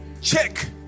Check